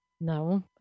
no